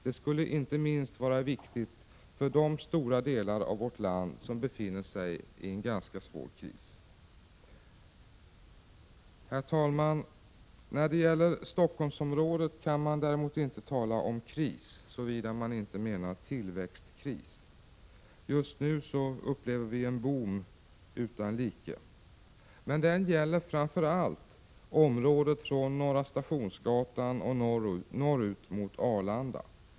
Det skulle vara viktigt inte minst för de stora delar av landet som befinner sig i en ganska svår kris. Herr talman! När det gäller Stockholmsområdet kan man däremot inte tala om kris, såvida man inte menar tillväxtkris. Just nu upplever vi en boom utan like. Men den gäller framför allt området från Norra Stationsgatan och norrut mot Arlanda.